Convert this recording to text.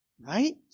Right